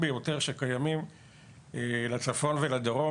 ואני כן ממליץ לפתוח את זה גם למרכז הרפואי לגליל.